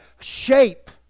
shape